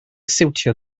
siwtio